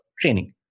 training